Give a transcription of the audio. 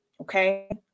Okay